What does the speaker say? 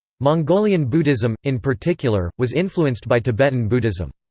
mongolian buddhism, in particular, was influenced by tibetan buddhism.